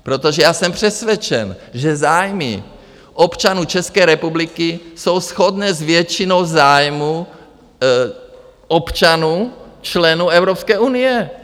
Protože já jsem přesvědčen, že zájmy občanů České republiky jsou shodné s většinou zájmů občanů, členů Evropské unie.